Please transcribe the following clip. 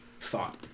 thought